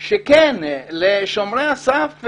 שלשומרי הסף,